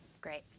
Great